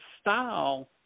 style